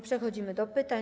Przechodzimy do pytań.